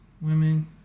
women